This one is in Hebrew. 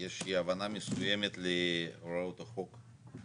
יש אי הבנה מסוימת להוראות החוק.